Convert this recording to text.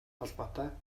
холбоотой